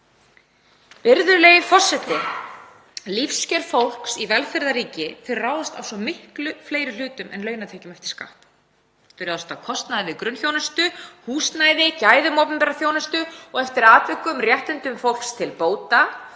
Virðulegi forseti. Lífskjör fólks í velferðarríki ráðast af svo miklu fleiri hlutum en launatekjum eftir skatt. Þau ráðast af kostnaði við grunnþjónustu, húsnæði, gæðum opinberrar þjónustu og eftir atvikum réttindum fólks til bóta